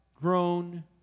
grown